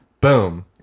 Boom